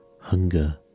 hunger